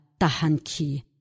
tahanki